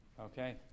Okay